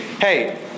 hey